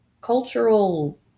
cultural